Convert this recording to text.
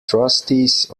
trustees